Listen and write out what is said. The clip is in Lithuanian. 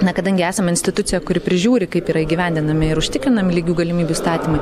na kadangi esam institucija kuri prižiūri kaip yra įgyvendinami ir užtikrinami lygių galimybių įstatymai